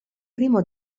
primo